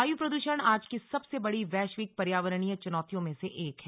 वायु प्रद्षण आज की सबसे बड़ी वैश्विक पर्यावरणीय चुनौतियों में से एक है